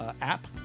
app